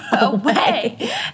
away